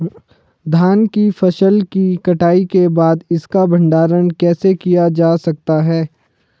धान की फसल की कटाई के बाद इसका भंडारण कैसे किया जा सकता है?